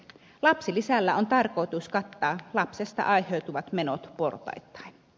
lapsilisällä on tarkoitus kattaa lapsesta aiheutuvat menot portaittain